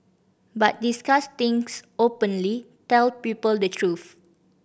but discuss things openly tell people the truth